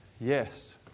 Yes